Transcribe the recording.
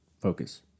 focus